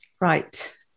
Right